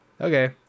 okay